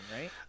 right